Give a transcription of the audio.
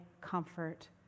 comfort